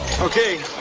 Okay